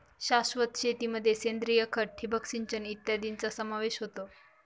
शाश्वत शेतीमध्ये सेंद्रिय खत, ठिबक सिंचन इत्यादींचा समावेश होतो